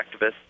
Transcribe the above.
activists